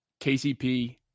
KCP